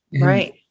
right